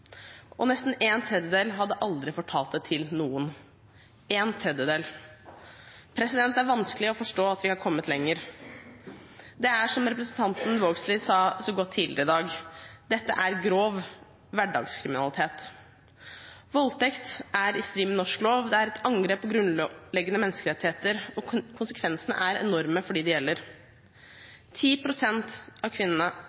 Nesten en tredjedel hadde aldri fortalt det til noen – en tredjedel. Det er vanskelig å forstå at vi ikke har kommet lenger. Det er som representanten Vågslid sa det så godt tidligere i dag, at dette er grov hverdagskriminalitet. Voldtekt er i strid med norsk lov, det er et angrep på grunnleggende menneskerettigheter, og konsekvensene er enorme for dem det